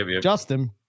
justin